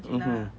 mmhmm